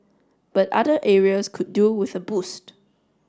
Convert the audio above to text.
but other areas could do with a boost